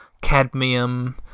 cadmium